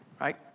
Right